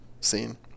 scene